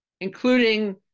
including